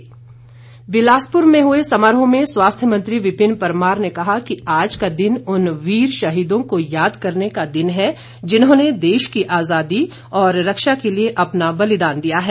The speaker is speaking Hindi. बिलासपुर समारोह बिलासपुर में हुए समारोह में स्वास्थ्य मंत्री विपिन परमार ने कहा कि आज का दिन उन वीर शहीदों को याद करने का दिन है जिन्होंने देश की आज़ादी और रक्षा के लिए अपना बलिदान दिया है